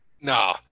No